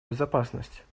безопасность